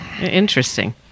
Interesting